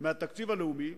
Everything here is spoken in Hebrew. מהתקציב הלאומי,